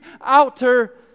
outer